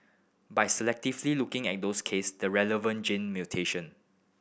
by selectively looking at those case the relevant gene mutation